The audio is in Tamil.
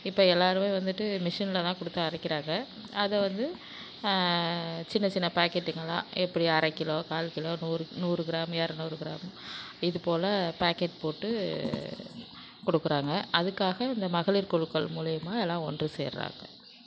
இப்போ எல்லாருமே வந்துட்டு மிஷின்ல தான் கொடுத்து அரைக்கிறாங்கள் அதை வந்து சின்ன சின்ன பேக்கெட்டுங்களா எப்படி அரைக்கிலோ கால்கிலோ நூறு நூறு கிராம் இரநூறு கிராம் இது போல் பேக்கெட் போட்டு கொடுக்குறாங்க அதுக்காக இந்த மகளிர் குழுக்கள் மூலயமா எல்லா ஒன்று சேருறாங்க